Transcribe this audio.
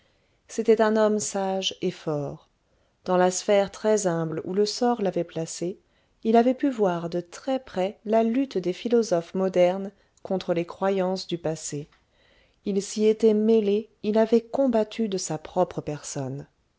c'était un homme sage et fort dans la sphère très humble où le sort l'avait placé il avait pu voir de très près la lutte des philosophes modernes contre les croyances du passé il s'y était mêlé il avait combattu de sa propre personne